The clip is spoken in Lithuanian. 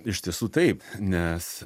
iš tiesų taip nes